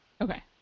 Okay